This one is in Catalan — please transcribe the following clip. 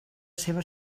seva